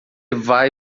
vai